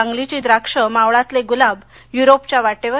सांगलीची द्राक्षं मावळातले गुलाब युरोपच्या वाटेवर